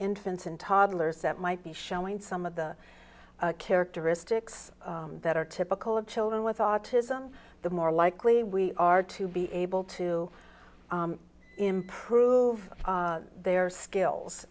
infants and toddlers that might be showing some of the characteristics that are typical of children with autism the more likely we are to be able to improve their skills